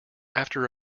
after